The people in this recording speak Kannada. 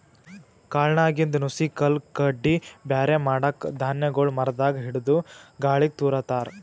ಕಾಳ್ನಾಗಿಂದ್ ನುಸಿ ಕಲ್ಲ್ ಕಡ್ಡಿ ಬ್ಯಾರೆ ಮಾಡಕ್ಕ್ ಧಾನ್ಯಗೊಳ್ ಮರದಾಗ್ ಹಿಡದು ಗಾಳಿಗ್ ತೂರ ತಾರ್